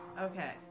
Okay